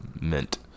mint